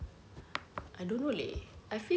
I don't know leh I feel like we will like